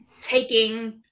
Taking